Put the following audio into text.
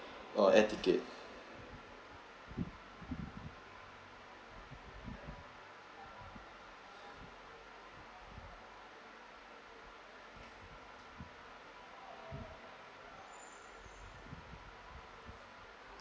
oh air ticket